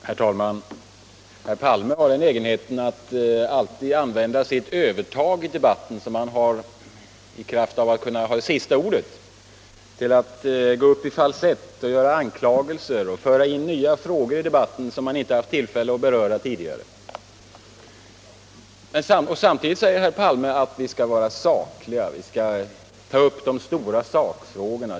Herr talman! Herr Palme har den egenheten att alltid använda det övertag i debatten som han har i kraft av att ha det sista ordet, till att gå upp i falsett, göra anklagelser och i debatten föra in nya frågor som man inte haft tillfälle att beröra tidigare. Samtidigt säger herr Palme att vi skall vara sakliga och ta upp de stora reella frågorna.